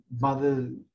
mother